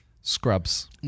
Scrubs